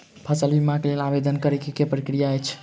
फसल बीमा केँ लेल आवेदन करै केँ प्रक्रिया की छै?